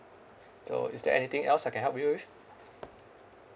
so is there anything else I can help you with